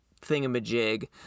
thingamajig